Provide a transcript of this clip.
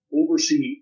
oversee